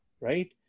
right